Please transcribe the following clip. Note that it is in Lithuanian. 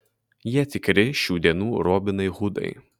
jie tikri šių dienų robinai hudai